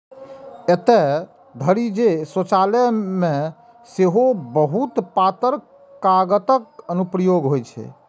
एतय धरि जे शौचालय मे सेहो बहुत पातर कागतक अनुप्रयोग होइ छै